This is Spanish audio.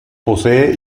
posee